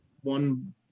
one